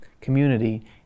community